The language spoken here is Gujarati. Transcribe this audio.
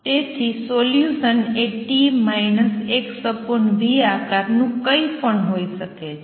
તેથી સોલ્યુશન એ t xv આકારનું કંઈપણ હોઈ શકે છે